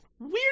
weird